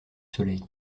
soleil